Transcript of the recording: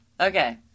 Okay